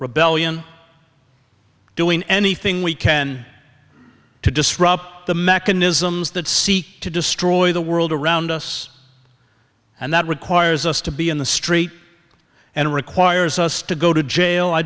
rebellion doing anything we can to disrupt the mechanisms that seek to destroy the world around us and that requires us to be in the street and requires us to go to jail i